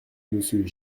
monsieur